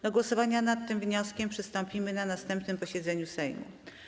Do głosowania nad tym wnioskiem przystąpimy na następnym posiedzeniu Sejmu.